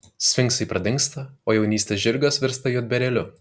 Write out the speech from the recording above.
sfinksai pradingsta o jaunystės žirgas virsta juodbėrėliu